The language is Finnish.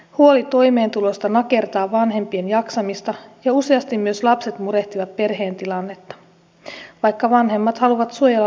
huoli toimeentulosta nakertaa vanhempien jaksamista ja useasti myös lapset murehtivat perheen tilannetta vaikka vanhemmat haluavat suojella lapsia huolilta